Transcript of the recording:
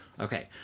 Okay